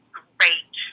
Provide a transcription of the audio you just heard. great